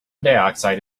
dioxide